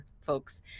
folks